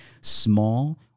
Small